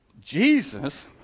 Jesus